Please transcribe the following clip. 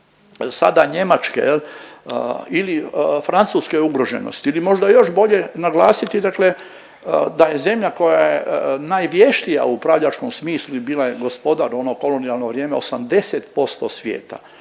sada Njemačke jel ili francuske ugroženosti ili možda još bolje naglasiti dakle da je zemlja koja je najvještija u upravljačkom smislu i bila je gospodar u ono kolonijalno vrijeme 80% svijeta,